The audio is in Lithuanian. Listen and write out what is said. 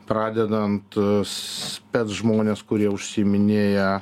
pradedant spec žmonės kurie užsiiminėja